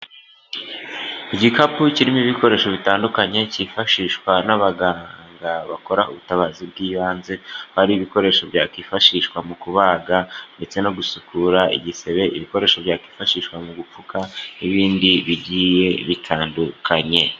Igikapu kirimo ibikoresho bitandukanye cyifashishwa n'abaganga bakora ubutabazi bw'ibanze ari ibikoresho byakwifashishwa mu kubaga, ndetse no gusukura igisebe ibikoresho byakwifashishwa mu gupfuka n'ibindi bigiye bitandukanye.